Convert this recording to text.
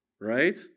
Right